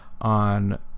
on